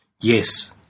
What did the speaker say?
Yes